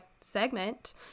segment